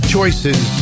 Choices